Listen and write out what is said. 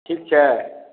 ठीक छै